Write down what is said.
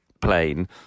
plane